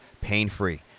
pain-free